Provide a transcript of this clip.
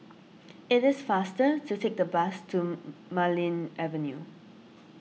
it is faster to take the bus to Marlene Avenue